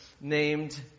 named